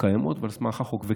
הקיימות ועל סמך החוק.